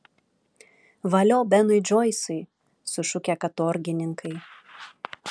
valio benui džoisui sušukę katorgininkai